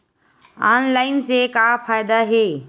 Online से का फ़ायदा हे?